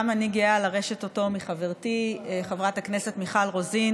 גם אני גאה לרשת אותו מחברתי חברת הכנסת מיכל רוזין,